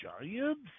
Giants